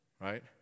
right